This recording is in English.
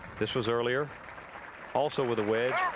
this was earlier also with a wedge.